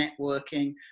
networking